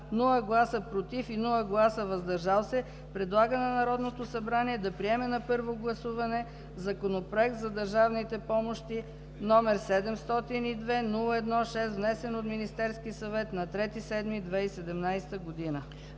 без „против“ и „въздържал се” предлага на Народното събрание да приеме на първо гласуване Законопроект за държавните помощи, № 702-01-6, внесен от Министерския съвет на 3 юли 2017 г.“.